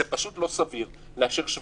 זה פשוט לא סביר לאשר קניונים,